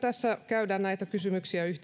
käydä myös näitä kysymyksiä